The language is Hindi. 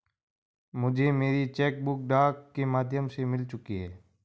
मुझे मेरी चेक बुक डाक के माध्यम से मिल चुकी है